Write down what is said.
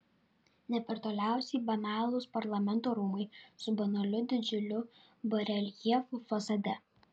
ne per toliausiai banalūs parlamento rūmai su banaliu didžiuliu bareljefu fasade